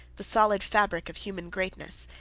the solid fabric of human greatness,